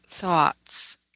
thoughts